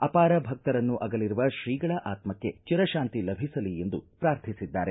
ಅಪಾರ ಭಕ್ತರನ್ನು ಅಗಲಿರುವ ಶ್ರೀಗಳ ಆತ್ಮಕ್ಷ ಚಿರಶಾಂತಿ ಲಭಿಸಲಿ ಎಂದು ಪ್ರಾರ್ಥಿಸಿದ್ದಾರೆ